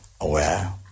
aware